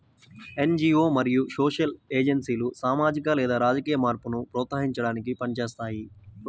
NGO మరియు social ఏజెన్సీలు సామాజిక లేదా రాజకీయ మార్పును ప్రోత్సహించడానికి పని చేస్తాయి